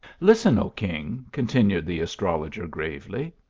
listen, o king, continued the astrologer gravely.